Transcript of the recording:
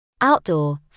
Outdoor